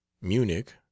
Munich